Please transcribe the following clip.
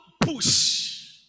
push